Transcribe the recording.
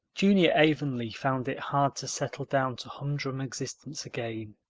junior avonlea found it hard to settle down to humdrum existence again.